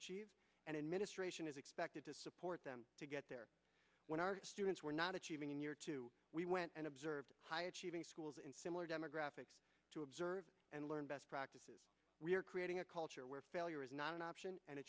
achieve and administration is expected to support them to get there when our students were not achieving in your two we went and observed high achieving schools in similar demographics to observe and learn best practices we are creating a culture where failure is not an option and